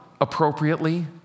appropriately